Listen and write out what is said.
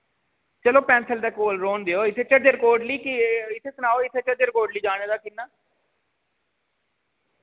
चलो पैंथल दे कोल रौह्न देयो इत्थै झज्जर कोटली केह् इत्थै सनाओ इत्थै झज्जर कोटली जाने दा किन्ना